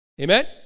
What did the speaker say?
Amen